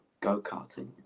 go-karting